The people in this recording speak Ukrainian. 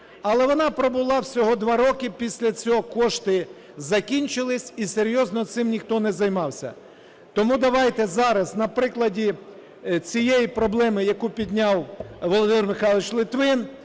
Але вона пробула всього два роки, після цього кошти закінчилися і серйозно цим ніхто не займався. Тому давайте зараз на прикладі цієї проблеми, яку підняв Володимир Михайлович Литвин,